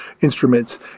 instruments